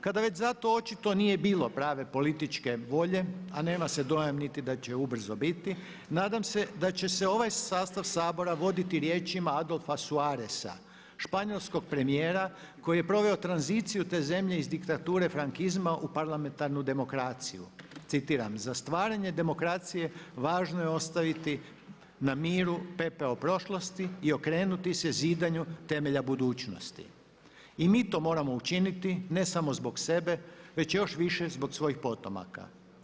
Kada je već zato očito nije bilo prave političke volje a nema se dojam niti da će ubrzo biti, nadam se da će se ovaj sastav Sabora voditi riječima Adolfa Suareza španjolskog premijera koji je proveo tranziciju te zemlje iz diktature frankizma u parlamentarnu demokraciju, citiram „Za stvaranje demokracije važno je ostaviti na miru pepeo prošlosti i okrenuti se zidanju temelja budućnost.“ I mi to moramo učiniti ne samo zbog sebe već još više zbog svojih potomaka.